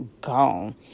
gone